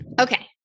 Okay